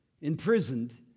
imprisoned